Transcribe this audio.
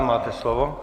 Máte slovo.